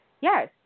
yes